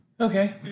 Okay